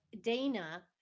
Dana